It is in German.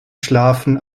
schlafen